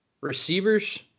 Receivers